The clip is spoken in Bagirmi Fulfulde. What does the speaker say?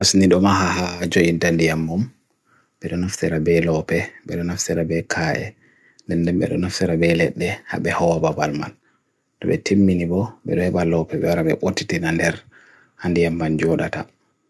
Penguin ɓe heɓi ngal jangoɗe. Ko penguin ko hayre, njama foore a hokka ɓe haɓre foore rewe e nder. Hokkita puccu wulorɗe, nyamu puccu doo?